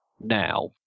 now